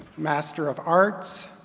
master of arts,